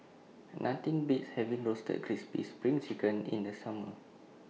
Nothing Beats having Roasted Crispy SPRING Chicken in The Summer